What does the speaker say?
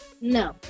No